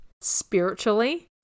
spiritually